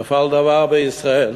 נפל דבר בישראל,